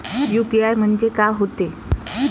UPI म्हणजे का होते?